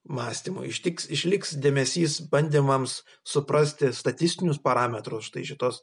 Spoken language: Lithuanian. mąstymui ištiks išliks dėmesys bandymams suprasti statistinius parametrus štai šitos